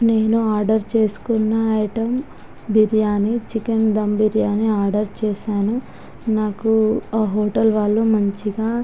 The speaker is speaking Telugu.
నేను ఆర్డర్ చేసుకున్న item biryani chicken dum biryani order చేసాను నాకు ఆ హోటల్ వాళ్ళు మంచిగా